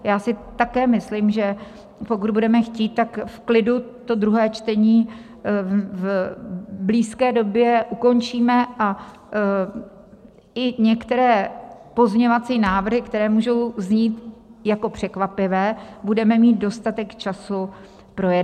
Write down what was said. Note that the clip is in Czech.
Já si také myslím, že pokud budeme chtít, v klidu druhé čtení v blízké době ukončíme a i některé pozměňovací návrhy, které můžou znít jako překvapivé, budeme mít dostatek času projednat.